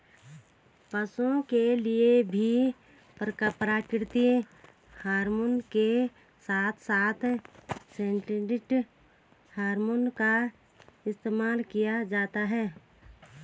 पशुओं के लिए भी प्राकृतिक हॉरमोन के साथ साथ सिंथेटिक हॉरमोन का इस्तेमाल किया जाता है